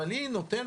אבל היא נותנת,